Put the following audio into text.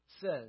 Says